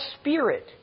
spirit